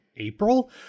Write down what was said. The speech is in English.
April